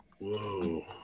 Whoa